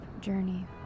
journey